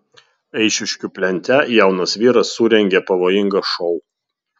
eišiškių plente jaunas vyras surengė pavojingą šou